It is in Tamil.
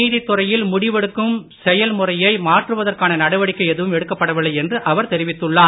நீதித் துறையில் முடிவெடுக்கும் செயல்முறையை மாற்றுவதற்கான நடவடிக்கை எதுவும் எடுக்கப்படவில்லை என்று அவர் தெரிவித்துள்ளார்